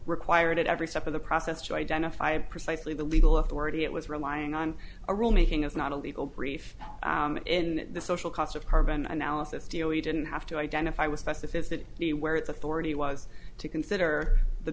required at every step of the process to identify precisely the legal authority it was relying on a rule making is not a legal brief in the social cost of carbon analysis deal he didn't have to identify with specificity the where its authority was to consider the